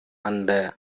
அந்த